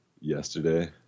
yesterday